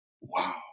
wow